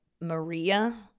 Maria